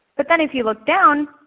but then if you look down